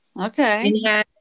Okay